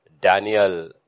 Daniel